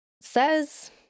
says